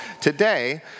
today